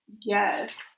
Yes